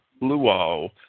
luo